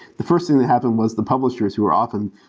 the first thing that happened was the publishers who are often